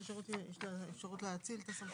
לוועדת השירות יש אפשרות להאציל את הסמכות?